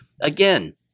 Again